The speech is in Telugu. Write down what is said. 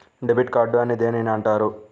డెబిట్ కార్డు అని దేనిని అంటారు?